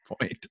point